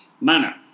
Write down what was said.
manner